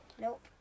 Nope